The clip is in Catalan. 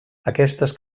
aquestes